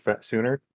sooner